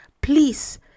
Please